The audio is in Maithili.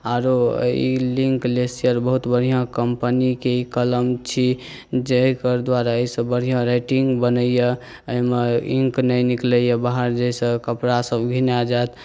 आरो ई लिंक लेसियर बहुत बढ़िऑं कमपनीके ई कलम छी जे एकर दुआरे एहिसँ बढ़िऑं राइटिंग बनैया एहिमे ई इन्क नहि निकलैया बाहर जाहिसॅं कपड़ा सब घिना जायत